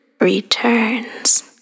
returns